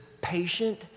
patient